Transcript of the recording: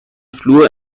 fluor